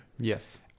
Yes